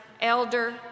elder